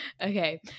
Okay